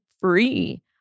free